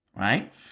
Right